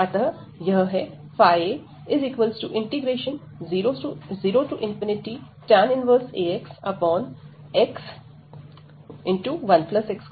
अतः यह है a0tan 1axx1x2dx